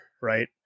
right